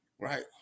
Right